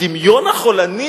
הדמיון החולני,